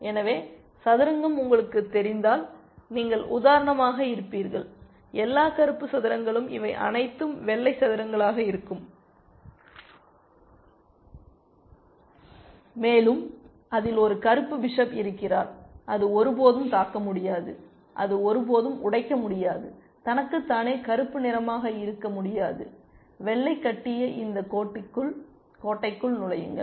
எனவே சதுரங்கம் உங்களுக்குத் தெரிந்தால் நீங்கள் உதாரணமாக இருப்பீர்கள் எல்லா கருப்பு சதுரங்களும் இவை அனைத்தும் வெள்ளை சதுரங்களாக இருக்கும் மேலும் அதில் ஒரு கருப்பு பிஷப் இருக்கிறார் அது ஒருபோதும் தாக்க முடியாது அது ஒருபோதும் உடைக்க முடியாது தனக்குத்தானே கருப்பு நிறமாக இருக்க முடியாது வெள்ளை கட்டிய இந்த கோட்டைக்குள் நுழைங்கள்